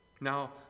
Now